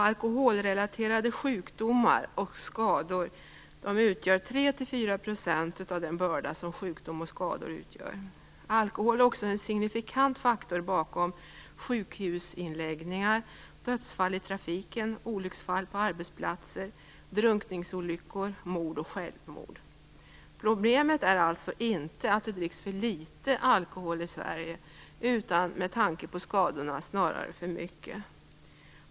Alkoholrelaterade sjukdomar och skador utgör 3-4 % av den börda som sjukdom och skador utgör. Alkohol är också en signifikant faktor bakom sjukhusinläggningar, dödsfall i trafiken, olycksfall på arbetsplatser, drunkningsolyckor, mord och självmord. Problemet är alltså inte att det dricks för litet alkohol i Sverige utan, med tanke på skadorna, snarare att det dricks för mycket.